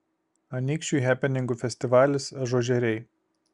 anykščių hepeningų festivalis ažuožeriai